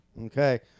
Okay